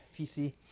PC